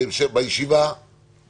ולכן לא יהיה כאן מבחינתי בוודאי,